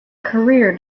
career